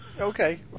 Okay